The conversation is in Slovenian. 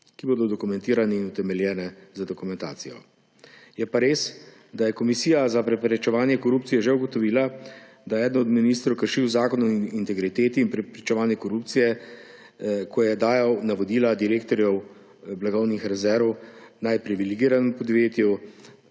ki bodo dokumentirane in utemeljene z dokumentacijo. Je pa res, da je Komisija za preprečevanje korupcije že ugotovila, da je eden od ministrov kršil Zakon o integriteti in preprečevanju korupcije, ko je dajal navodila direktorju blagovnih rezerv, naj privilegiranemu podjetju